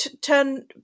turn